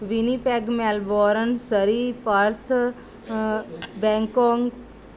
Winnipeg Melbourne Surrey Perth Bangkok